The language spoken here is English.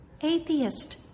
atheist